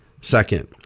second